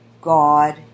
God